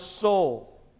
soul